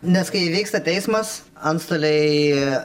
nes kai įvyksta teismas antstoliai